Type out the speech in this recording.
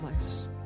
place